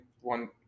one